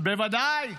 בוודאי.